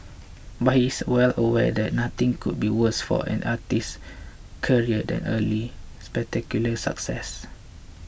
but he is well aware that nothing could be worse for an artist's career than early spectacular success